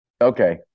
okay